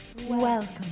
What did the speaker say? Welcome